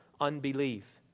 unbelief